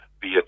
via